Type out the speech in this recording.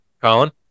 Colin